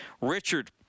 Richard